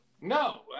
No